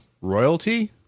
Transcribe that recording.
royalty